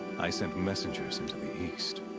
i sent messengers into the east.